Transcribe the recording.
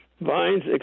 Vine's